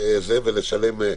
זאת בעצם ההנחה.